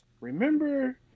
remember